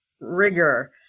rigor